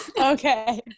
Okay